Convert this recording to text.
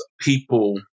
people